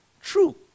true